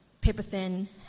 paper-thin